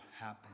happen